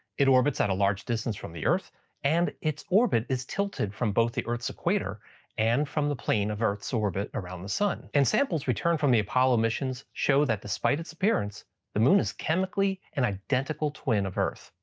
it orbits at a large distance from the earth and its orbit is tilted from both the earth's equator and from the plane of earth's orbit around the sun. and samples returned from the apollo missions show that despite its appearance the moon is chemically and identical twin of earth.